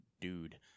Dude